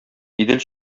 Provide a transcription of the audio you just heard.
идел